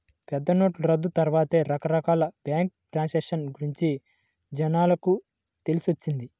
పెద్దనోట్ల రద్దు తర్వాతే రకరకాల బ్యేంకు ట్రాన్సాక్షన్ గురించి జనాలకు తెలిసొచ్చింది